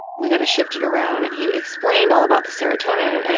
we've got to shift it around, and he explained all about the serotonin and it,